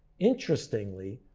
interestingly,